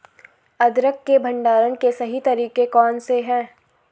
अदरक के भंडारण के सही तरीके कौन से हैं?